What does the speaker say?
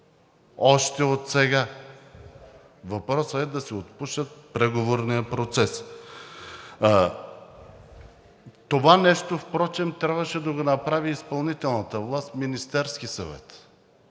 още отсега. Въпросът е да се отпуши преговорният процес. Това нещо впрочем трябваше да го направи изпълнителната власт – Министерският съвет.